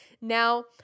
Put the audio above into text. Now